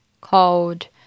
called